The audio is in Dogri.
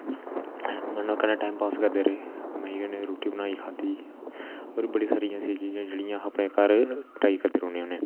मन कन्नै टाइमपास करदे रेह् मजे कन्नै रोटी बनाइयै खाद्धी और बडी सारी ऐसी चीजां ना जेहडियां अपने घार ट्राई करदे रौहने होने आं